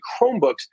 Chromebooks